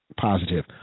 positive